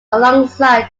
alongside